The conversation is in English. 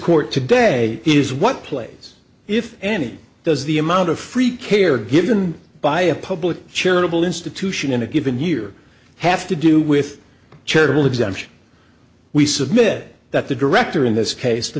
court today is what place if any does the amount of free care given by a public charitable institution in a given year have to do with charitable exemption we submit that the director in this case the